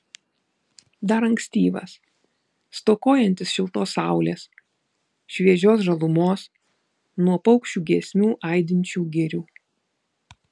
dar ankstyvas stokojantis šiltos saulės šviežios žalumos nuo paukščių giesmių aidinčių girių